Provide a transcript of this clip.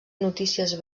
notícies